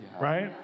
right